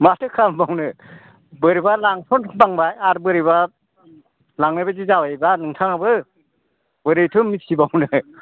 माथो खालामबावनो बोरैबा लांसनफ्रांबाय आरो बोरैबा लांनायबायदि जाबायबा नोंथाङाबो बोरैथो मिथिबावनो